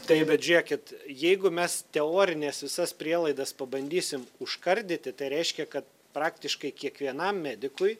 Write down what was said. taip bet žiūrėkit jeigu mes teorines visas prielaidas pabandysim užkardyti tai reiškia kad praktiškai kiekvienam medikui